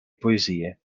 poesie